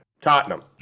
Tottenham